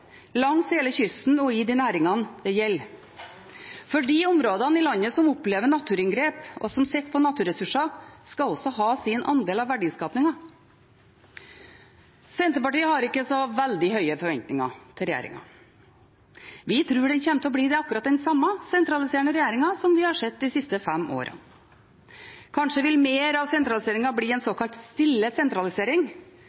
langs hele kysten og i de næringene det gjelder, for de områdene i landet som opplever naturinngrep og sitter på naturressurser, skal også ha sin andel av verdiskapingen. Senterpartiet har ikke så veldig høye forventninger til regjeringen. Vi tror det kommer til å bli akkurat den samme sentraliserende regjeringen som vi har sett de siste fem årene. Kanskje vil mer av sentraliseringen bli en